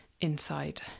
inside